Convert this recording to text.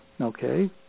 Okay